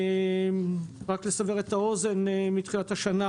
מתחילת השנה,